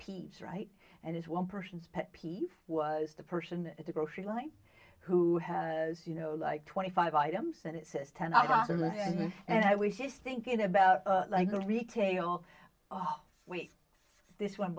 peeves right and it's one person's pet peeve was the person at the grocery line who has you know like twenty five items and it says ten are awesome and i was just thinking about like a retail oh wait this one